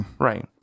Right